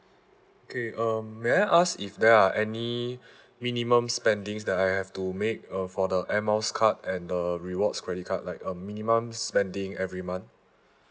okay um may I ask if there are any minimum spending that I have to make uh for the air miles card and the rewards credit card like a minimum spending every month